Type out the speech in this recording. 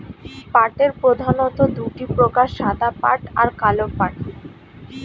পাটের প্রধানত দুটি প্রকার সাদা পাট আর কালো পাট